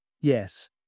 Yes